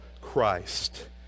Christ